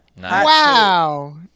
Wow